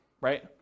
right